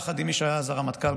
יחד עם מי שהיה אז הרמטכ"ל,